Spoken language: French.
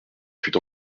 fut